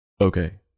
Okay